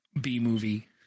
b-movie